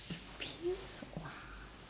if pills !wah!